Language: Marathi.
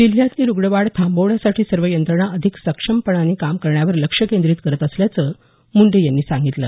जिल्ह्यातली रुग्णवाढ थांबवण्यासाठी सर्व यंत्रणा अधिक सक्षमपणानी काम करण्यावर लक्ष केंद्रीत करत असल्याचं मुंडे यांनी सांगितलं